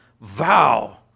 vow